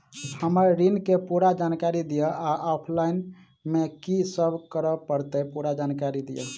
हम्मर ऋण केँ पूरा जानकारी दिय आ ऑफलाइन मे की सब करऽ पड़तै पूरा जानकारी दिय?